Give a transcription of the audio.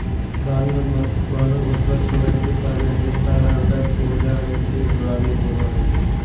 रानी मधुमक्खी पुराना घोंसला छोरै से पहले ढेर सारा अंडा छोड़ जा हई, एक रानी होवअ हई